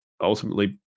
ultimately